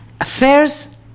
Affairs